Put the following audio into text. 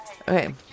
Okay